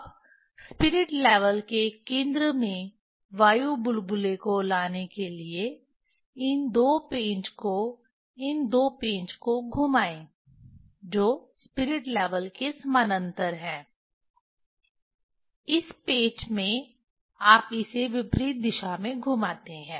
अब spirit level के केंद्र में वायु बुलबुले को लाने के लिए इन दो पेंच को इन दो पेंच को घुमाएं जो स्पिरिट लेवल के समानांतर हैं इस पेंच में आप इसे विपरीत दिशा में घुमाते हैं